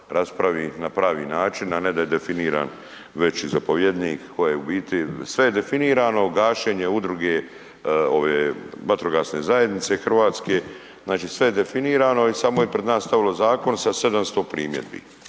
raspravi na pravi način, a ne da je definiran već i zapovjednik koji je u biti, sve je definirano, gašenje udruge ove vatrogasne zajednice hrvatske, znači sve je definirano i samo je prid nas stavilo zakon sa 700 primjedbi,